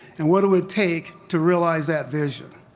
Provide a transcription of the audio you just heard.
and what it would take to realize that vision.